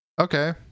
okay